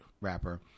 rapper